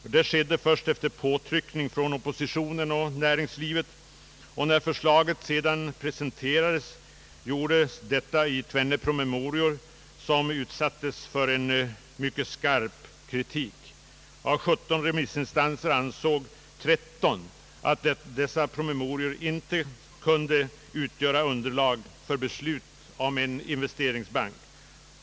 Detta skedde först efter påtryckning från oppositionen och näringslivet, och när förslaget sedan presenterades gjordes det i tvenne promemorior som utsattes för en mycket skarp kritik. Av 17 remissinstanser ansåg 13 att dessa promemorior inte kunde utgöra underlag för beslut om en investeringsbank.